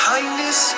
Kindness